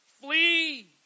Flee